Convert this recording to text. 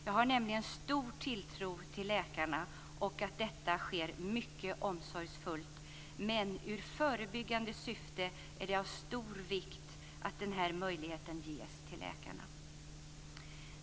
Jag har nämligen stor tilltro till läkarna och att bedömningen sker mycket omsorgsfullt, men i förebyggande syfte är det av stor vikt att den möjligheten ges till läkarna.